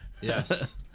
Yes